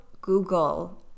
Google